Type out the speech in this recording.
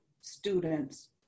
students